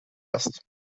best